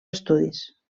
estudis